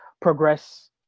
progress